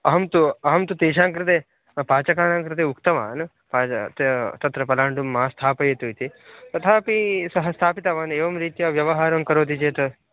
अहं तु अहं तु तेषां कृते पाचकानां कृते उक्तवान् प तं तत्र पलाण्डुं मा स्थापयतु इति तथापि सः स्थापितवान् एवं रीत्या व्यवहारं करोति चेत्